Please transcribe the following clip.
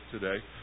today